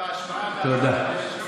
זנדברג בהשוואה, תודה.